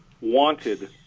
wanted